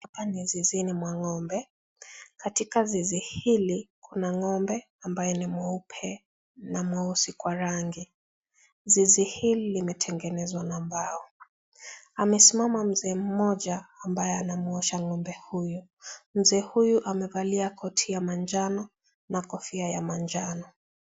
Hapa ni zizini mwa ng'ombe. Katika zizi hili kuna ng'ombe ambaye ni mweupe na mweusi kwa rangi. Zizi hili limetengenezwa na mbao. Amesimama mzee mmoja ambaye anamwoosha ng'ombe huyu. Mzee huyu amevalia koti ya manjano na kofia ya manjano.